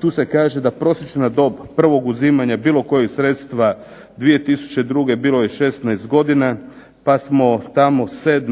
tu se kaže da prosječna dob prvog uzimanja bilo kojeg sredstva 2002., bilo je 16 godina pa smo tamo 2007.,